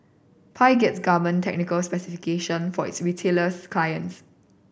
pi gets garment technical specification for its retailers clients